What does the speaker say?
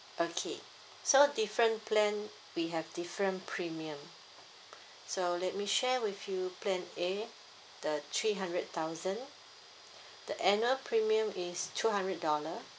okay so different plan we have different premium so let me share with you plan A the three hundred thousand the annual premium is two hundred dollar